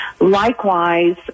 Likewise